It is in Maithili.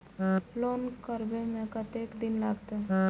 लोन करबे में कतेक दिन लागते?